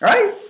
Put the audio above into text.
Right